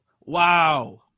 Wow